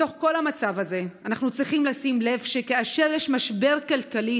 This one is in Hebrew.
בתוך כל המצב הזה אנחנו צריכים לשים לב שכאשר יש משבר כלכלי,